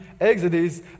Exodus